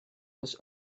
was